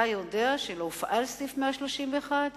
אתה יודע שלא הופעל סעיף 131,